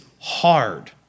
hard